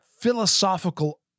philosophical